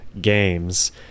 games